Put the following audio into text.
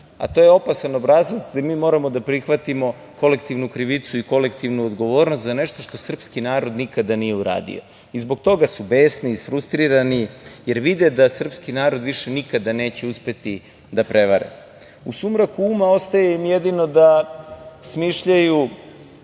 a to je opasan obrazac gde mi moramo da prihvatimo kolektivno krivicu i kolektivnu odgovornost za nešto što srpski narod nikada nije uradio. Zbog toga su besni, isfrustrirani, jer vide da srpski narod više nikada neće uspeti da prevare.U sumraku uma ostaje im jedino da smišljaju